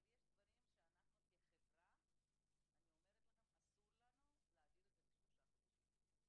אבל יש דברים שאסור לנו כחברה להעביר את זה לשלושה חודשים.